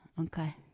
Okay